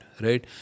right